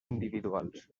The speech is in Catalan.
individuals